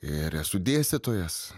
ir esu dėstytojas